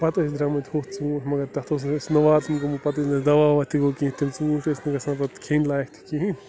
پتہٕ ٲسۍ درٛامٕتۍ ہُتھ ژوٗنٛٹھ مگر تَتھ اوس اَسہِ نہ واتُن گوٚمُت پَتہٕ ٲسۍ نہٕ دوا ووا تِم ژوٗنٛٹھۍ ٲسۍ نہٕ گژھان پَتہٕ کھیٚنۍ لایق تہِ کِہیٖنۍ